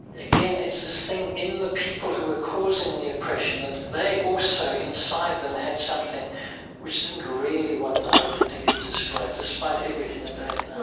again, it's this thing in the people who were causing the oppression that they also inside them had something which didn't really want the whole thing to get destroyed despite everything that they had